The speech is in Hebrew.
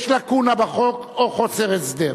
יש לקונה בחוק, או חוסר הסדר.